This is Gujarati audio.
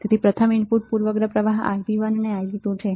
તેથી પ્રથમ ઇનપુટ પૂર્વગ્રહ પ્રવાહ Ib1 અને Ib2 છે